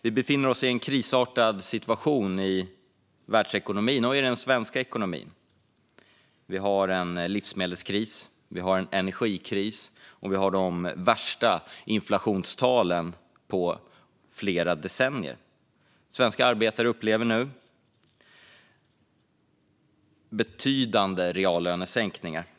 Vi befinner oss i en krisartad situation i världsekonomin och den svenska ekonomin. Vi har en livsmedelskris, en energikris och de värsta inflationstalen på flera decennier. Svenska arbetare upplever nu betydande reallönesänkningar.